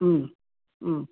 ಹ್ಞೂ ಹ್ಞೂ